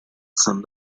san